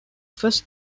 first